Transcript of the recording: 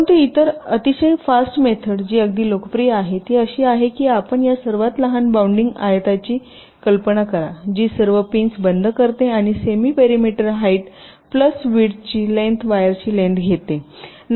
परंतु इतर अतिशय फास्ट मेथड जी अगदी लोकप्रिय आहे ती अशी आहे की आपण या सर्वात लहान बाउंडिंग आयताची कल्पना करा जी सर्व पिनस बंद करते आणि सेमी पेरिमेंटर हाईट प्लस विड्थची लेन्थ वायरची लेन्थ घेते